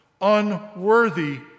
unworthy